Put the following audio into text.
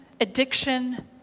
addiction